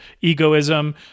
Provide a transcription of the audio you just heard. egoism